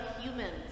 humans